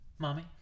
mommy